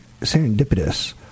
serendipitous